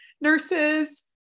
nurses